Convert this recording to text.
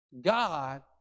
God